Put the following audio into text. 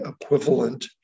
equivalent